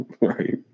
Right